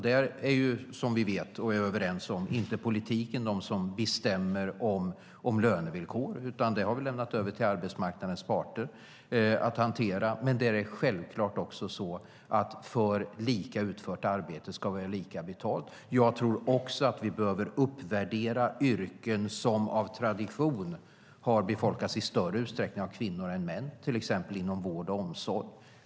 Där är det inte vi politiker som bestämmer om lönevillkoren, utan det har vi lämnat över till arbetsmarknadens parter att hantera. Där är det självklart att för lika utfört arbete ska det vara lika betalt. Jag tror att vi behöver uppvärdera yrken som av tradition i större utsträckning har befolkats av kvinnor än av män, till exempel inom vård och omsorg.